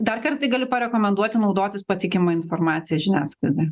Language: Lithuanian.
dar kart tai galiu parekomenduoti naudotis patikima informacija žiniasklaidoj